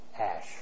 ash